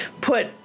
put